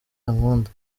ankunda